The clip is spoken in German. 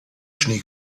schnee